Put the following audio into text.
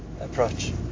approach